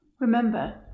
remember